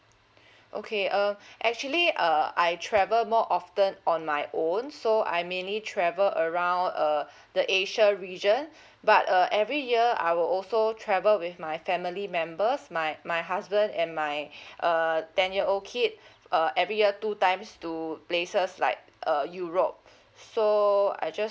okay uh actually uh I travel more often on my own so I mainly travel around uh the asia region but uh every year I will also travel with my family members my my husband and my err ten year old kid uh every year two times to places like uh europe so I just